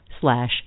slash